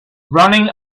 running